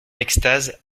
extase